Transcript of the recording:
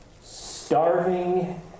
starving